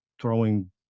throwing